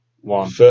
One